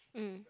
mm